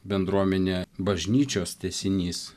bendruomenė bažnyčios tęsinys